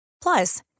Plus